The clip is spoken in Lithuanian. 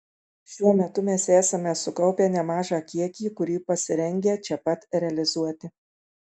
šiuo metu mes esame sukaupę nemažą kiekį kurį pasirengę čia pat realizuoti